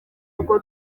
kuko